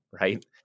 right